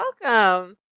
Welcome